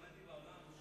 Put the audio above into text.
יש פרלמנטים בעולם,